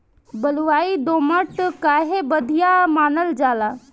बलुई दोमट काहे बढ़िया मानल जाला?